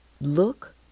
look